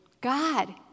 God